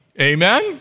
Amen